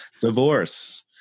divorce